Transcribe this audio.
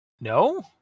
no